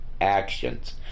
actions